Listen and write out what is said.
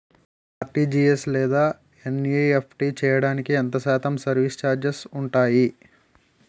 RTGS లేదా NEFT చేయడానికి ఎంత శాతం సర్విస్ ఛార్జీలు ఉంటాయి?